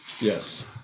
yes